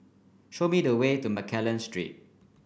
show me the way to Mccallum Street